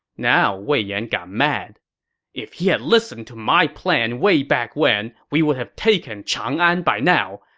now, wei yan got mad if he had listened to my plan way back when, we would have taken chang'an by now!